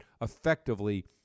effectively